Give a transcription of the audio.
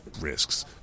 risks